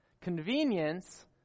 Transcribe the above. Convenience